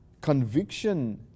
conviction